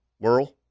whirl